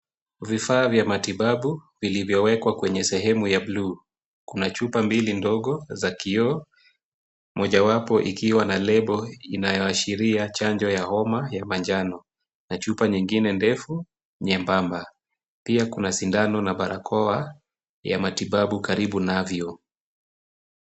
Vifaa vya matibabu vilivyowekwa kwenye sehemu ya bluu. Kuna chupa mbili ndogo za kioo, mojawapo ikiwa na lebo inayoashiria chanjo ya homa ya manjano na chupa nyingine ndefu nyembamba. Pia kuna sindano na barakoa ya matibabu karibu navyo.